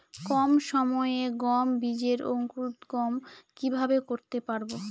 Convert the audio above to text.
কম সময়ে গম বীজের অঙ্কুরোদগম কিভাবে করতে পারব?